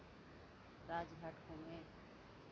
राजघाट घूमे